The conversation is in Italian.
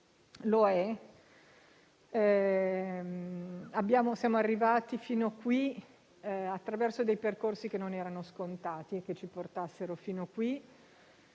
Lo è. Siamo arrivati fino a qui attraverso percorsi che non era scontato ci portassero fin qui;